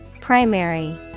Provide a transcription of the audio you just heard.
Primary